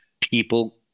people